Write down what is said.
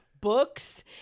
books